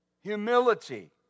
Humility